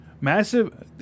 Massive